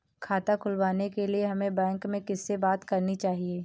खाता खुलवाने के लिए हमें बैंक में किससे बात करनी चाहिए?